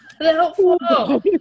helpful